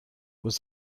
was